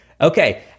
Okay